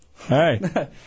Hey